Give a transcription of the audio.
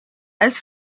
elles